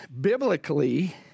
Biblically